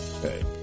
Hey